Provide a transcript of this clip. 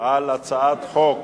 על הצעת חוק